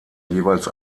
jeweils